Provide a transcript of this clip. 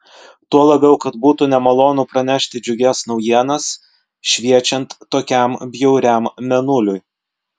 tuo labiau kad būtų nemalonu pranešti džiugias naujienas šviečiant tokiam bjauriam mėnuliui